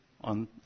on